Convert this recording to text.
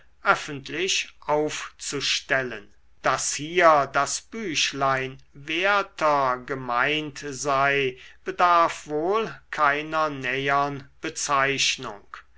öffentlich aufzustellen daß hier das büchlein werther gemeint sei bedarf wohl keiner nähern bezeichnung